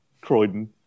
Croydon